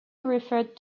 referred